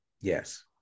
Yes